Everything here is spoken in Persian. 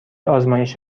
آزمایش